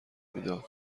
میداد